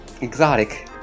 Exotic